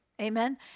Amen